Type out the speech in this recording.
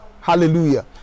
hallelujah